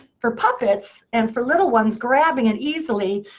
for puppets, and for little ones grabbing it easily,